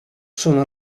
sono